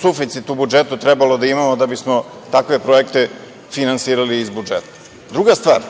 suficit u budžetu bi trebalo da imamo da bismo takve projekte finansirali iz budžeta. Druga stvar,